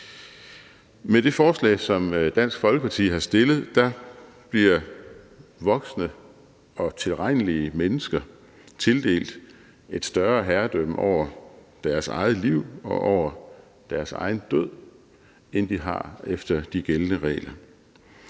Med det forslag, som Dansk Folkeparti har fremsat, bliver voksne og tilregnelige mennesker tildelt et større herredømme over deres eget liv og over deres egen død, end de har efter de gældende regler.